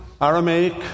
Aramaic